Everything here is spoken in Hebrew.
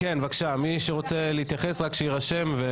כן, בבקשה, מי שרוצה להתייחס, רק שיירשם.